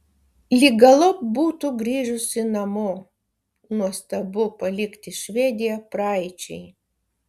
lyg galop būtų grįžusi namo nuostabu palikti švediją praeičiai